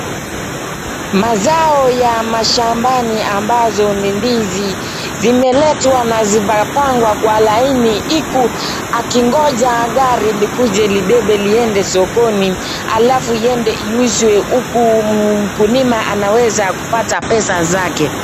Mazao ya mashambani ambazo ni ndizi zimeletwa na zimepangwa kwa laini huku yakingoja gari likuje libebe liende sokoni. Alafu iende iuzwe huku mkulima anaweza kupata pesa zake